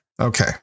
Okay